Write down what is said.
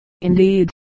indeed